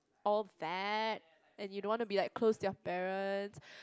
all bad and you don't want to be like close to your parents